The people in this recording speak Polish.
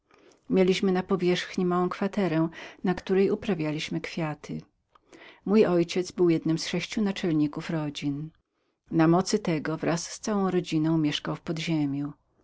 mieliśmy na wierzchu małą kwaterę na której uprawialiśmy kwiaty mój ojciec był jednym z sześciu naczelników rodzin na mocy tego wraz z całą rodziną mieszkał w podziemiu